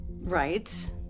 Right